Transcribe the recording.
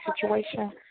situation